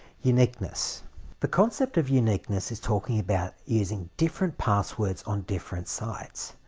uniqueness the concept of uniqueness is talking about using different passwords on different sites.